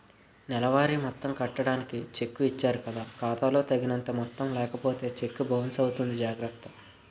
నెలవారీ మొత్తం కట్టడానికి చెక్కు ఇచ్చారు కదా ఖాతా లో తగినంత మొత్తం లేకపోతే చెక్కు బౌన్సు అవుతుంది జాగర్త